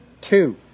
Two